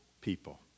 people